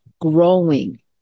growing